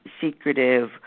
secretive